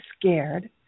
scared